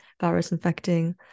virus-infecting